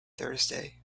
thursday